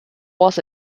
was